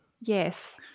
yes